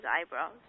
eyebrows